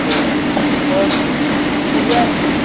इये स्हाड़े जेहका दौड़़ ऐ दौड़